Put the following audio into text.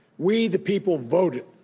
we the people voted,